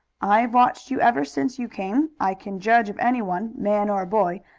i've watched you ever since you came. i can judge of anyone, man or boy,